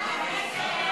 חוק לתיקון פקודת מס הכנסה (מס' 216),